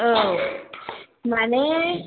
औ माने